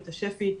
את השפ"י,